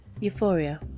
Euphoria